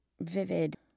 vivid